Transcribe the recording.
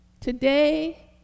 today